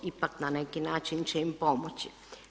Ipak na neki način će im pomoći.